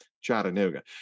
chattanooga